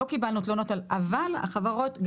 אבל החברות,